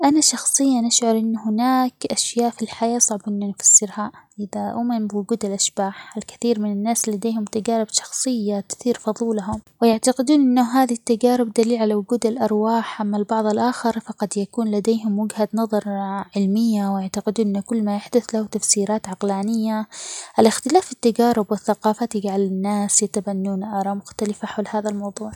أنا شخصياُ أشعر إنو هناك أشياء في الحياة صعب إنو نفسرها لذا أؤمن بوجود الأشباح، الكثير من الناس لديهم تجارب شخصية تثير فضولهم ويعتقدون أنو هذه التجارب دليل على وجود الأرواح، أما البعض الآخر لديهم وجهة نظر علمية ويعتقدون أن كل ما يحدث له تفسيرات عقلانية، الاختلاف في التجارب والثقافات يجعل الناس يتبنون آراء مختلفة حول هذا الموضوع.